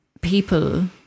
people